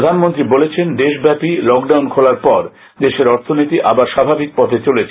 প্রধানমন্ত্রী বলেছেন দেশব্যাপী লকডাউন খোলার পর দেশের অর্থনীতি আবার স্বাভাবিক পথে চলেছে